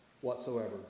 whatsoever